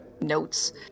notes